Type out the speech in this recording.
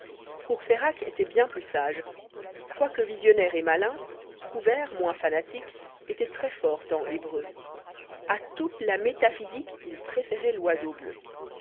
courléyrac était bien plus sage quoique visionnaire et malin prouvaire moins fanatique etait très-fort en hébreu a toute la métaphysique il préférait l'oiseau bleu